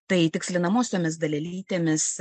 tai tikslinamosiomis dalelytėmis